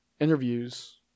interviews